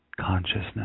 consciousness